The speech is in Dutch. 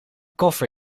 koffer